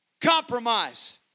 Compromise